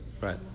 Right